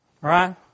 Right